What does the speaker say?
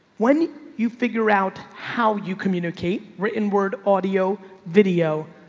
when you figure out how you communicate. written word, audio, video.